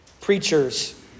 preachers